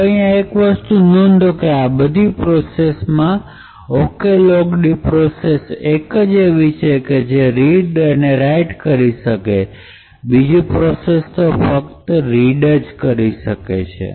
તો અહીંયા એક વસ્તુ નોંધો કે આ બધી પ્રોસેસમાં oklogd પ્રોસેસ એક જ એવી છે કે જે રીડ અને રાઈટ કરી શકે બીજી પ્રોસેસ તો ફક્ત રીડ કરી શકશે